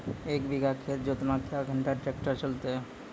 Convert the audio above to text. एक बीघा खेत जोतना क्या घंटा ट्रैक्टर चलते?